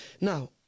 now